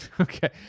Okay